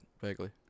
Vaguely